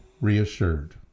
reassured